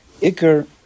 Iker